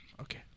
Okay